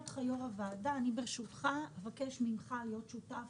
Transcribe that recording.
יושב-ראש הוועדה, אני מזמינה אותך להיות שותף